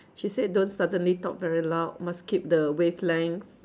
she said don't suddenly talk very loud must keep the wavelength